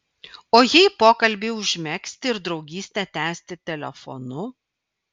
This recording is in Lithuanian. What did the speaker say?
o jei pokalbį užmegzti ir draugystę tęsti telefonu